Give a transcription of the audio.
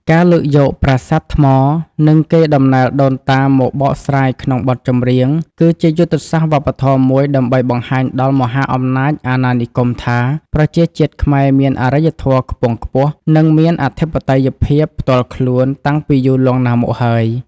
ការលើកយកប្រាសាទថ្ម និងកេរដំណែលដូនតាមកបកស្រាយក្នុងបទចម្រៀង គឺជាយុទ្ធសាស្ត្រវប្បធម៌មួយដើម្បីបង្ហាញដល់មហាអំណាចអាណានិគមថា ប្រជាជាតិខ្មែរមានអរិយធម៌ខ្ពង់ខ្ពស់ និងមានអធិបតេយ្យភាពផ្ទាល់ខ្លួនតាំងពីយូរលង់ណាស់មកហើយ